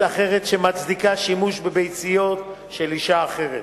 אחרת שמצדיקה שימוש בביציות של אשה אחרת.